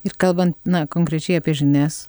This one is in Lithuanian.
ir kalbant na konkrečiai apie žinias